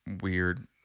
weird